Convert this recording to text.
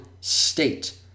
State